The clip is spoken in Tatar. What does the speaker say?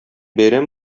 бәйрәм